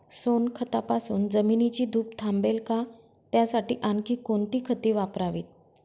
सोनखतापासून जमिनीची धूप थांबेल का? त्यासाठी आणखी कोणती खते वापरावीत?